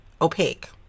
opaque